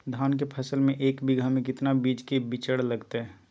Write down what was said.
धान के फसल में एक बीघा में कितना बीज के बिचड़ा लगतय?